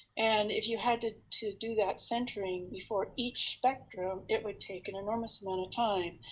and if you had to to do that centering before each spectrum, it would take an enormous amount of time,